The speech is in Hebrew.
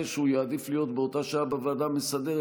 שהוא יעדיף להיות באותה שעה בוועדה המסדרת,